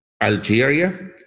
Algeria